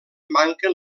manquen